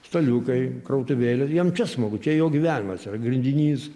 staliukai krautuvėlė jiem čia smagu čia jo gyvenimas yra grindinys